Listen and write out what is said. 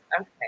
okay